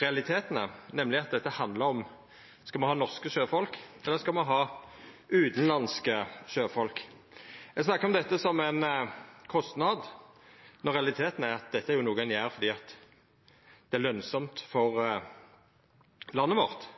realitetane, nemleg at dette handlar om me skal ha norske sjøfolk, eller om me skal ha utanlandske sjøfolk. Ein snakkar om dette som ein kostnad, når realiteten er at dette er noko ein gjer fordi det er lønsamt for landet vårt.